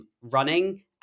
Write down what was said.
running